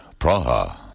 Praha